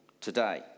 today